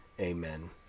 amen